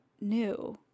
new